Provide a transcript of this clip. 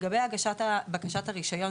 לגבי הגשת הבקשה לרישיון,